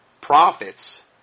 profits